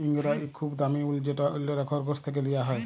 ইঙ্গরা ইক খুব দামি উল যেট অল্যরা খরগোশ থ্যাকে লিয়া হ্যয়